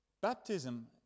Baptism